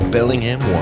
Bellingham